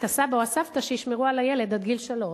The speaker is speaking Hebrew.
את הסבא או הסבתא שישמרו על הילד עד גיל שלוש.